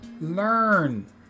learn